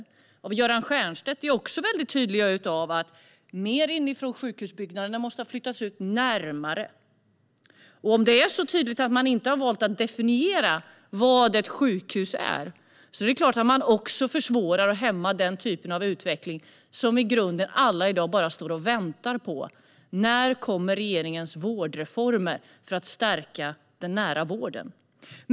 Utredaren Göran Stiernstedt är också tydlig med att mer inifrån sjukhusbyggnaden måste flyttas ut närmare. Om det är så tydligt att man valt att inte definiera vad ett sjukhus är är det klart att man kan försvåra och hämma den typ av utveckling som i grunden alla i dag bara står och väntar på. När kommer regeringens vårdreformer för att stärka den nära vården?